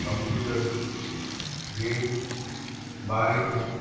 compute जे बारे में